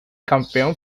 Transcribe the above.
campeón